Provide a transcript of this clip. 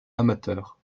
amateur